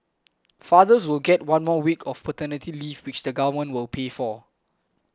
fathers will get one more week of paternity leave which the Government will pay for